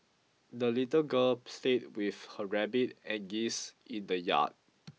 the little girl played with her rabbit and geese in the yard